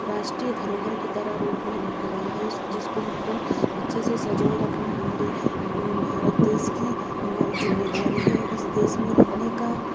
राष्ट्रीय धरोहर के तरह रूप में रखा गया है इस जिसको हमको अच्छे से सँजोए रखना हमारी भारत देश की हमारी जिम्मेदारी है इस देश में रहने का